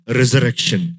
resurrection